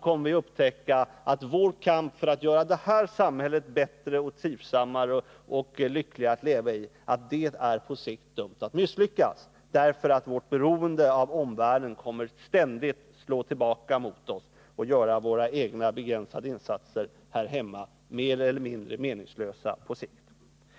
kommer vi att upptäcka att vår kamp för att göra det här samhället bättre, trivsammare och lyckligare att leva i på sikt är dömd att misslyckas. Vårt beroende av omvärlden kommer nämligen ständigt att slå tillbaka mot oss och göra våra egna begränsade insatser här hemma mer eller mindre meningslösa på sikt.